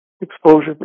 exposure